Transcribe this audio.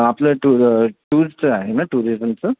आपलं टूर टूर्सचं आहे नं टुरिजमचं